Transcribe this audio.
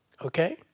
Okay